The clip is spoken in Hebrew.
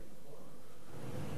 נכון?